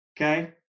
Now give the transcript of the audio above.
Okay